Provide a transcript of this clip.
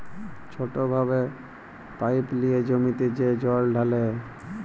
ছট ভাবে পাইপ লিঁয়ে জমিতে যে জল ঢালে